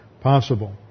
possible